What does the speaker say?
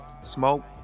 smoke